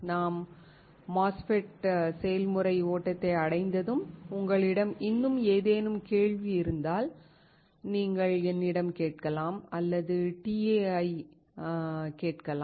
நாம் MOSFET செயல்முறை ஓட்டத்தை அடைந்ததும் உங்களிடம் இன்னும் ஏதேனும் கேள்வி இருந்தால் நீங்கள் என்னிடம் கேட்கலாம் அல்லது TA ஐ கேட்கலாம்